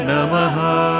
Namaha